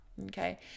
okay